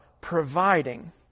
providing